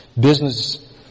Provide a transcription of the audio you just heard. business